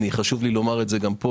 חשוב לי לומר גם פה